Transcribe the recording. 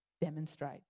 demonstrate